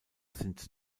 sind